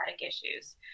issues